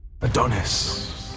Adonis